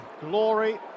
Glory